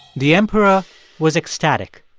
the emperor was ecstatic.